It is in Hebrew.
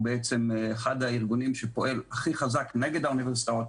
זה אחד הארגונים שפועל הכי חזק נגד האוניברסיטאות,